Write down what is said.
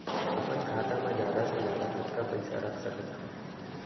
अपन खाता मा जादा से जादा कतका पइसा रख सकत हव?